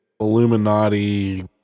Illuminati